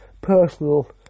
personal